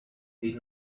did